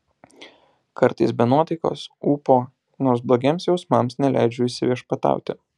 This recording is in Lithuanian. kartais be nuotaikos ūpo nors blogiems jausmams neleidžiu įsiviešpatauti